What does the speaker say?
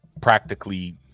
practically